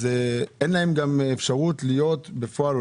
אז אין להם גם אפשרות להיות עולים בפועל,